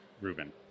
Ruben